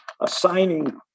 assigning